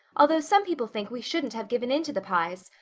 although some people think we shouldn't have given in to the pyes.